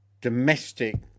domestic